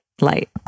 light